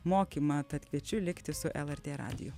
mokymą tad kviečiu likti su lrt radiju